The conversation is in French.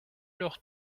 leur